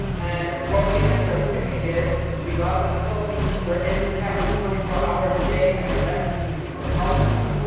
and what we ended up doing, is we got em in the philippines, they're in the chat room twenty four hours a day, and they're messaging people, helping em,